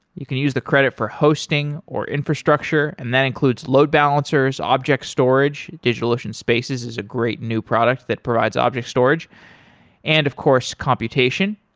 you can use the credit for hosting or infrastructure and that includes load balancers, object storage. digitalocean spaces is a great new product that provides object storage and, of course, computation.